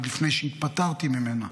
עוד לפני שהתפטרתי ממנה.